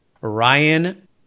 Ryan